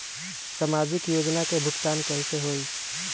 समाजिक योजना के भुगतान कैसे होई?